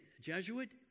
Jesuit